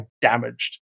damaged